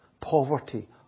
poverty